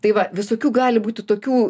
tai va visokių gali būti tokių